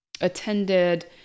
attended